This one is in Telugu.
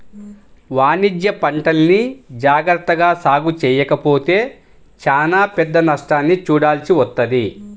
వాణిజ్యపంటల్ని జాగర్తగా సాగు చెయ్యకపోతే చానా పెద్ద నష్టాన్ని చూడాల్సి వత్తది